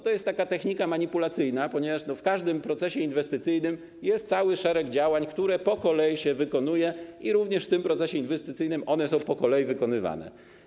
To jest taka technika manipulacyjna, ponieważ w każdym procesie inwestycyjnym jest cały szereg działań, które po kolei się wykonuje, również w tym procesie inwestycyjnym one są po kolei wykonywane.